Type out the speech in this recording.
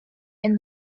and